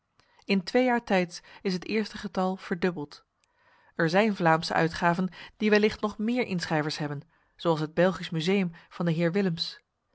in twee jaar tijds is het eerste getal verdubbeld er zijn vlaamse uitgaven die wellicht nog meer inschrijvers hebben zoals het belgisch museum van de heer willems